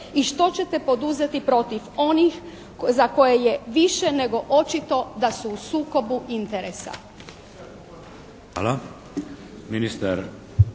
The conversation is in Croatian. i što ćete poduzeti protiv onih za koje je više nego očito da su u sukobu interesa?